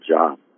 job